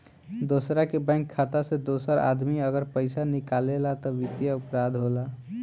दोसरा के बैंक खाता से दोसर आदमी अगर पइसा निकालेला त वित्तीय अपराध होला